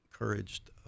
encouraged